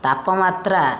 ତାପମାତ୍ରା